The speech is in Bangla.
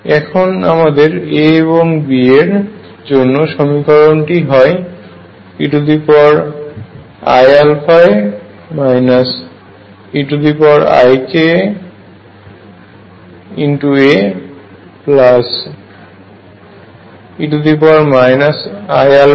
এখন আমাদের A এবং B এর জন্য সমীকরণটি হয় eiαa eikaA e iαa e ikaB0